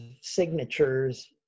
signatures